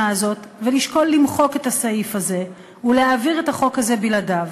הזאת ולשקול למחוק את הסעיף הזה ולהעביר את החוק הזה בלעדיו.